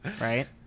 Right